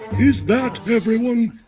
is that everyone?